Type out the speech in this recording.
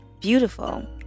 beautiful